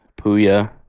Puya